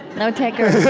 no takers there's